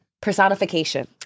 personification